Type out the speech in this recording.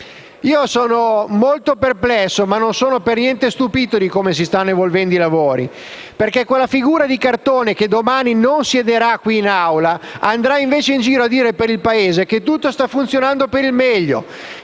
Sono molto perplesso, ma non sono per niente stupito di come si stanno evolvendo i lavori, perché quella figura di cartone che domani non siederà qui in Aula, andrà invece in giro per il Paese a dire che tutto sta funzionando per il meglio.